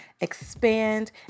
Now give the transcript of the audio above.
expand